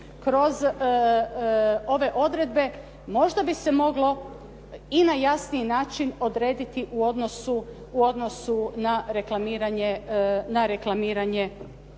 kroz ove odredbe možda bi se moglo i na jasniji način odrediti u odnosu na reklamiranje